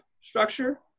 structure